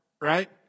Right